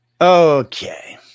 Okay